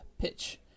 Pitch